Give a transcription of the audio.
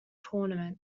tournament